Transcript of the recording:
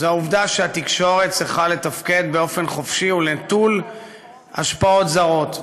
היא העובדה שהתקשורת צריכה לתפקד באופן חופשי ונטול השפעות זרות.